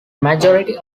majority